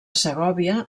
segòvia